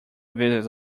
visits